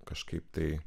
kažkaip tai